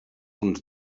uns